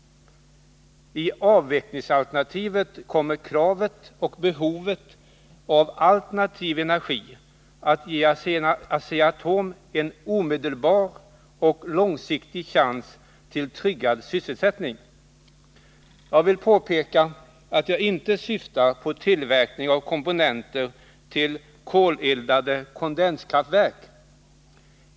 I avvecklingsalternativet kommer kravet på och behovet av alternativ energi att ge Asea-Atom en omedelbar och långsiktig chans till tryggad sysselsättning. Jag vill påpeka att jag inte syftar på tillverkning av komponenter till koleldade kondenskraftverk.